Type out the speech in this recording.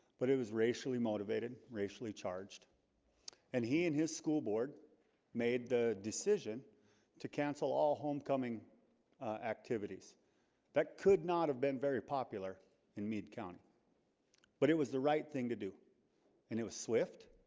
but it was racially motivated racially charged and he and his school board made the decision to cancel all homecoming activities that could not have been very popular in meade county but it was the right thing to do and it was swift